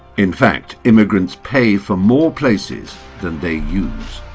in fact, immigrants pay for more places than they use.